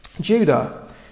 Judah